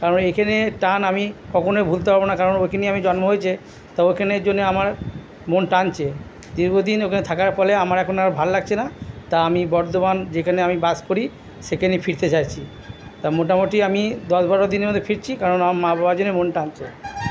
কারণ এইখানে টান আমি কখনোই ভুলতে পারব না কারণ ওখানেই আমার জন্ম হয়েছে তো ওখানের জন্যে আমার মন টানছে দীর্ঘদিন ওখানে থাকার ফলে আমার এখন আর ভাল লাগছে না তা আমি বর্ধমান যেখানে আমি বাস করি সেখানেই আমি ফিরতে চাইছি তো মোটামুটি আমি দশ বারো দিনের মধ্যে ফিরছি কারণ আমার মা বাবার জন্যে মন টানছে